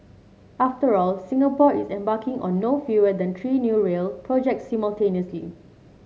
after all Singapore is embarking on no fewer than three new rail projects simultaneously